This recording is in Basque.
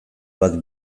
bat